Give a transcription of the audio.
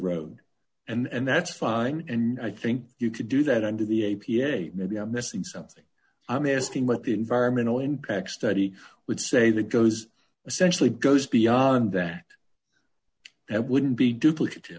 road and that's fine and i think you could do that under the a p a maybe i'm missing something i'm asking what the environmental impact study would say that goes essentially goes beyond that that wouldn't be duplicat